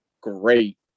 great